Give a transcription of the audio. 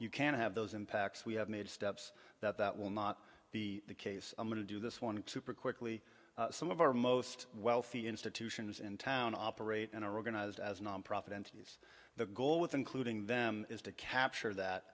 you can have those impacts we have made steps that that will not be the case i'm going to do this one super quickly some of our most wealthy institutions in town operate in a reaganite as nonprofit entities the goal with including them is to capture that